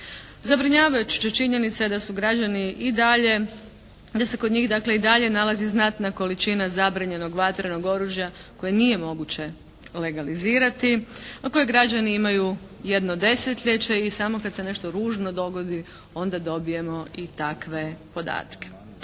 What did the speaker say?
građani i dalje, da se kod njih dakle i dalje nalazi znatna količina zabranjenog vatrenog oružja koje nije moguće legalizirati, a koje građani imaju jedno desetljeće i samo kad se nešto ružno dogodi onda dobijemo i takve podatke.